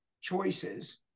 choices